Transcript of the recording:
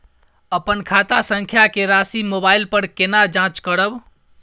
अपन खाता संख्या के राशि मोबाइल पर केना जाँच करब?